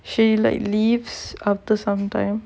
she like leaves after some time